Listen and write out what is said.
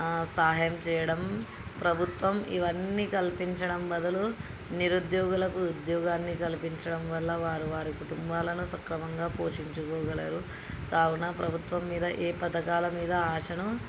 సహాయం చేయడం ప్రభుత్వం ఇవన్నీ కల్పించడం బదులు నిరుద్యోగులకు ఉద్యోగాన్ని కల్పించడం వల్ల వారు వారి కుటుంబాలను సక్రమంగా పోషించుకోగలరు కావున ప్రభుత్వం మీద ఏ పథకాల మీద ఆశను